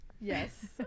yes